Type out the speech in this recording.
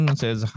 says